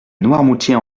noirmoutier